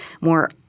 more